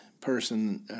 person